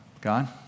God